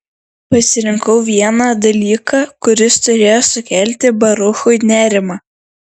pasirinkau vieną dalyką kuris turėjo sukelti baruchui nerimą